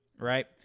right